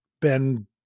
Ben